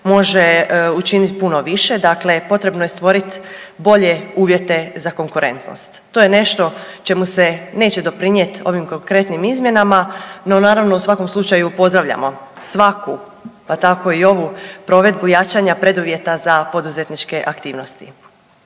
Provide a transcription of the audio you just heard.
može učinit puno više. Dakle potrebno je stvori bolje uvjete za konkurentnost. To je nešto čemu se neće doprinijet ovim konkretnim izmjenama, no naravno u svakom slučaju pozdravljamo svaku pa tako i ovu provedbu jačanja preduvjeta za poduzetničke aktivnosti.